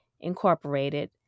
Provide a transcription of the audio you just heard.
Incorporated